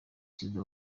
perezida